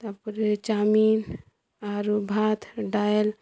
ତା'ର୍ପରେ ଚାଓମି୍ନ ଆରୁ ଭାତ୍ ଡାଏଲ୍